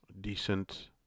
decent